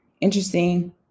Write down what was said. interesting